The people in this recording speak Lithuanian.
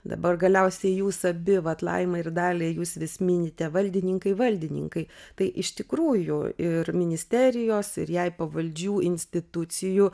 dabar galiausiai jūs abi vat laima ir dalė jūs vis minite valdininkai valdininkai tai iš tikrųjų ir ministerijos ir jai pavaldžių institucijų